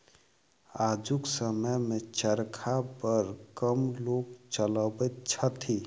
आजुक समय मे चरखा बड़ कम लोक चलबैत छथि